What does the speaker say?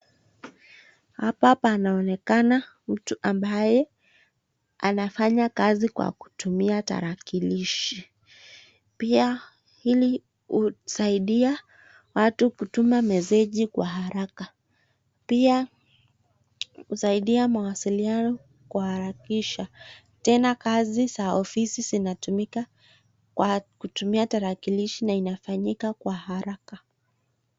Hapa panaonekana mtu ambaye anafanya kazi kwa kutumia tarakilishi. Pia hili husaidia watu kutuma meseji kwa haraka. Pia husaidia mawasiliano kuhakikisha. Tena kazi za ofisi zinatumika kwa kutumia tarakilishi na inafanyika kwa haraka.